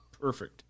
Perfect